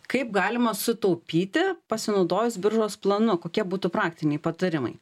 kaip galima sutaupyti pasinaudojus biržos planu kokie būtų praktiniai patarimai